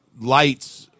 lights